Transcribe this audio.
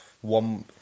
One